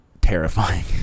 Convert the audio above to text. terrifying